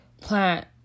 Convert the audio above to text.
plant